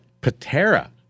Patera